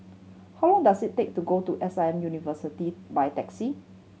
how long does it take to go to S I M University by taxi